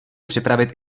připravit